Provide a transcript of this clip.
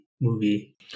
movie